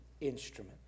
instrument